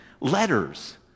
letters